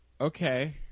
Okay